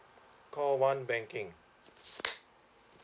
call one banking